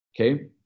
okay